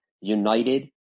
United